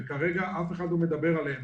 וכרגע אף אחד לא מדבר עליהם.